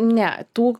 ne tų